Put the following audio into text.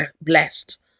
blessed